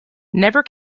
never